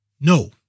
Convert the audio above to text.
No